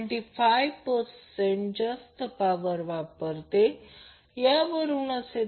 333 three फेजसाठीचे material आहे